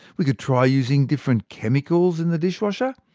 we could try using different chemicals in the dishwasher,